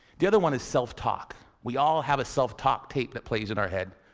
the other one is self-talk. we all have a self-talk tape that plays in our head.